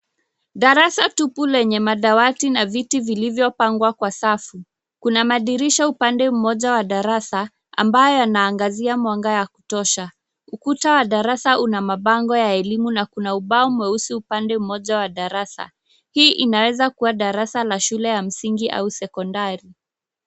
Darasa tupu lenye madawati na viti vilivyopangwa kwa safu, kuna madirisha upande mmoja wa darasa ambayo yanaangazia mwanga ya kutosha .Ukuta wa darasa una mabango ya elimu na kuna ubao mweusi upande mmoja wa darasa. Hii inaweza kuwa darasa la shule ya msingi au sekondari.